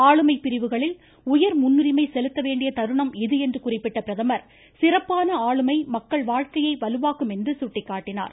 ஆளுமை பிரிவுகளில் உயர் முன்னுரிமை செலுத்த வேண்டிய தருணம் இது என்று குறிப்பிட்ட பிரதமர் சிறப்பான ஆளுமை மக்கள் வாழ்க்கையை வலுவாக்கும் என்று சுட்டிக்காட்டினார்